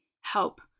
help